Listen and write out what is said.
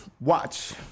Watch